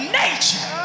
nature